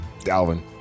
Dalvin